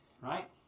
Right